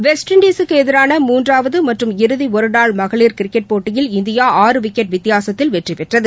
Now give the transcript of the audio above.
west இண்டிஸூக்குஎதிரான மூன்றாவதமற்றும் இறுதிஒருநாள் மகளிர் கிரிக்கெட் போட்டியில் இந்தியா ஆறு விக்கெட் வித்தியாசத்தில் வெற்றிபெற்றது